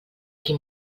quin